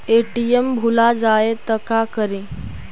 ATM भुला जाये त का करि?